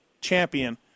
champion